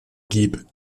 geb